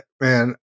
Man